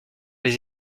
les